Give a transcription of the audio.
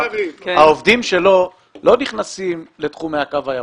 העובדים שלו לא נכנסים לתחומי הקו הירוק.